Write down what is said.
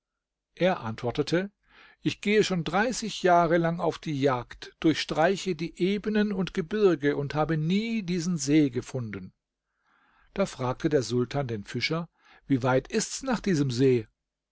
er antwortete ich gehe schon dreißig jahre lang auf die jagd durchstreiche die ebenen und gebirge und habe nie diesen see gefunden da fragte der sultan den fischer wie weit ist's nach diesem see